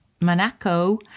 Monaco